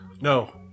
No